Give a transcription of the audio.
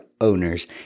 owners